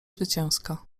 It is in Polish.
zwycięska